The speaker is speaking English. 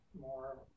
more